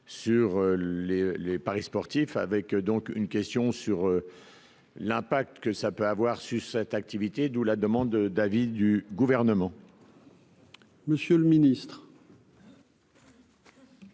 les les paris sportifs avec donc une question sur l'impact que ça peut avoir su cette activité, d'où la demande de David du gouvernement.